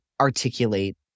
articulate